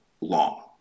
long